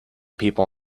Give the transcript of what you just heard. people